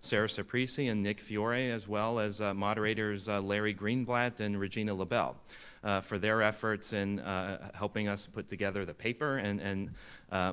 sarah supsiri, and nick fiore as well as moderators larry greenblatt and regina labelle for their efforts in helping us put together the paper and and